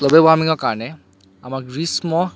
global ৱাৰ্মিঙৰ কাৰণে আমাৰ গ্ৰীষ্ম